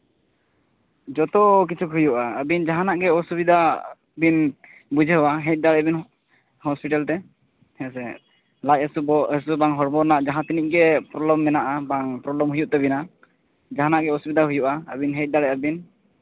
ᱡᱚᱛᱚ ᱠᱤᱪᱷᱩ ᱦᱩᱭᱩᱜᱼᱟ ᱟᱹᱵᱤᱱ ᱡᱟᱦᱟᱱᱟᱜ ᱜᱮ ᱚᱥᱩᱵᱤᱫᱷᱟ ᱵᱤᱱ ᱵᱩᱡᱷᱟᱹᱣᱟ ᱦᱮᱡ ᱫᱟᱲᱮᱭᱟᱜ ᱵᱤᱱ ᱦᱚᱥᱯᱤᱴᱟᱞ ᱛᱮ ᱦᱮᱸᱥᱮ ᱞᱟᱡ ᱦᱟᱹᱥᱩ ᱵᱚᱦᱚᱜ ᱦᱟᱹᱥᱩ ᱵᱟᱝ ᱦᱚᱲᱢᱚ ᱨᱮᱱᱟᱜ ᱡᱟᱦᱟᱸ ᱛᱤᱱᱟᱹᱜ ᱜᱮ ᱯᱨᱚᱵᱞᱚᱢ ᱢᱮᱱᱟᱜᱼᱟ ᱵᱟᱝ ᱯᱨᱚᱵᱞᱚᱢ ᱦᱩᱭᱩᱜ ᱛᱟᱹᱵᱤᱱᱟ ᱡᱟᱦᱟᱱᱟᱜ ᱜᱮ ᱚᱥᱩᱵᱤᱫᱷᱟ ᱦᱩᱭᱩᱜᱼᱟ ᱟᱹᱵᱤᱱ ᱦᱮᱡ ᱫᱟᱲᱮᱭᱟᱜᱼᱟ ᱵᱤᱱ